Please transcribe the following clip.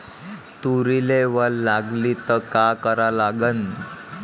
तुरीले वल लागली त का करा लागन?